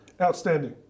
Outstanding